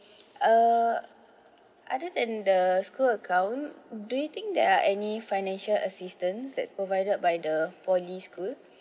uh other than the school account do you think there are any financial assistance that's provided by the poly school